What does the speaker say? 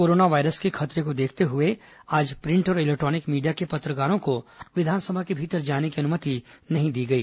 corona virus के खतरे को देखते हए आज प्रिंट और इलेक्ट्रॉनिक मीडिया के पत्रकारों को विधानसभा के भीतर जाने की अनुमति नहीं दी गई